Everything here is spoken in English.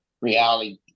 reality